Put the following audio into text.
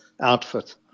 outfit